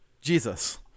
Jesus